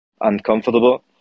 uncomfortable